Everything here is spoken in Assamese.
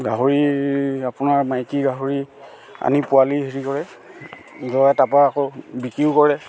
গাহৰি আপোনাৰ মাইকী গাহৰি আনি পোৱালি হেৰি কৰে লয় তাৰপৰা আকৌ বিক্ৰীও কৰে